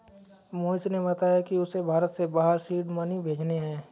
मोहिश ने बताया कि उसे भारत से बाहर सीड मनी भेजने हैं